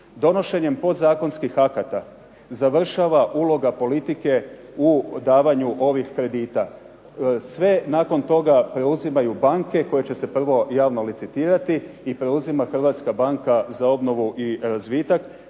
Donošenjem podzakonskih akata završava uloga politike u davanju ovih kredita. Sve nakon toga preuzimaju banke koje će se prvo javno licitirati i preuzima Hrvatska banka za obnovu i razvitak.